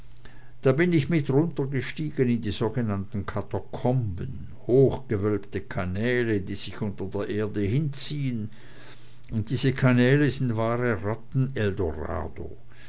da bin ich mit runtergestiegen in die sogenannten katakomben hochgewölbte kanäle die sich unter der erde hinziehen und diese kanäle sind das wahre